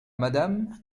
madame